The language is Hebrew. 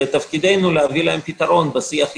תפקידנו להביא להם פתרון בשיח איתם.